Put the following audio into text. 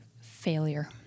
Failure